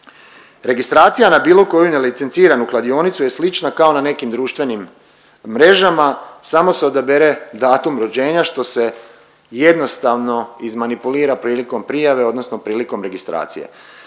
Registracija na bilo koju nelicenciranu kladionicu je slična kao na nekim društvenim mrežama, samo se odabere datum rođenja što se jednostavno izmanipulira prilikom prijave odnosno prilikom registracije.